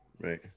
Right